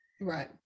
Right